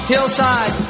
Hillside